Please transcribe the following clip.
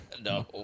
No